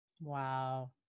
Wow